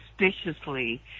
suspiciously